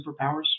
superpowers